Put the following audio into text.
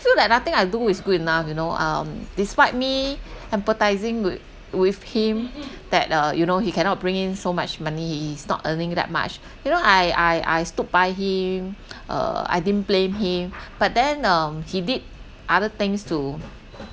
feel like nothing I do is good enough you know um despite me empathising wi~ with him that uh you know he cannot bring in so much money he is not earning that much you know I I I stood by him uh I didn't blame him but then um he did other things to